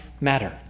matter